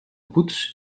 woods